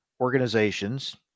organizations